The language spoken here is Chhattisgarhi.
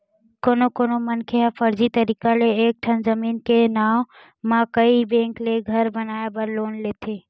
कोनो कोनो मनखे ह फरजी तरीका ले एके ठन जमीन के नांव म कइ बेंक ले घर बनाए बर लोन लेथे